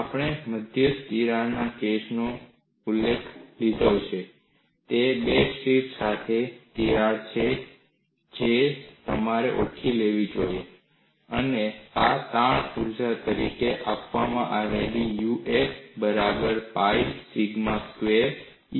આપણે મધ્યસ્થ તિરાડના કેસનો ઉકેલ લીધો છે તે બે ટીપ્સ સાથે તિરાડ છે જે તમારે ઓળખી લેવી જોઈએ અને આ તાણ ઊર્જા તરીકે આપવામાં આવે છે Ua બરાબર pi pi sigma square E